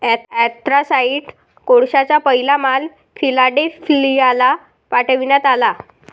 anthracite कोळशाचा पहिला माल फिलाडेल्फियाला पाठविण्यात आला